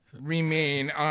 remain